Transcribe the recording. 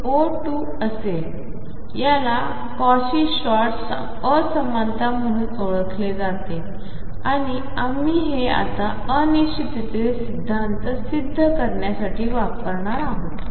आहे याला Cauchy Schwarz असमानता म्हणून ओळखले जाते आणि आम्ही हे आता अनिश्चिततेचे सिद्धांत सिद्ध करण्यासाठी वापरणार आहोत